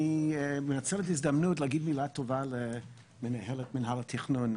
אני מנצל את ההזדמנות להגיד מילה טובה למנהלת מינהל התכנון,